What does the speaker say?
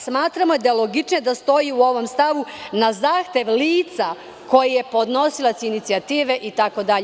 Smatramo da je logičnije da u ovom stavu stoji – na zahtev lica koje je podnosilac inicijative itd.